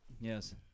Yes